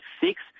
six